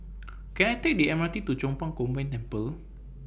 Can I Take The M R T to Chong Pang Combined Temple